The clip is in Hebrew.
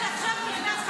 אני סיימתי.